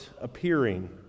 appearing